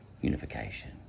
Unification